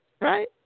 right